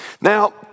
Now